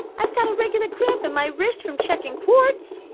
i've got a regular cramp in my wrist from checkin' quarts.